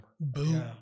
Boom